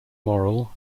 moral